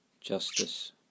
justice